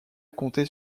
compter